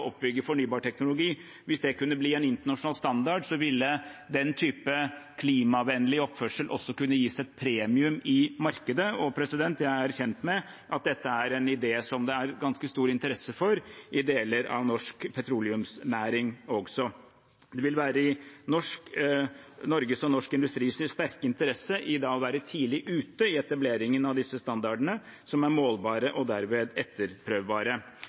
hvis det kunne bli en internasjonal standard, ville den type klimavennlig oppførsel også kunne gis et premium i markedet. Jeg er kjent med at dette er en idé som det er ganske stor interesse for i deler av norsk petroleumsnæring også. Det vil være i Norges og norsk industris sterke interesse å være tidlig ute i etableringen av disse standardene, som er målbare og dermed etterprøvbare.